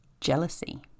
jealousy